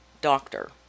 doctor